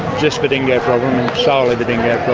just the dingo problem, solely the dingo